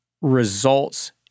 results